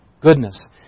Goodness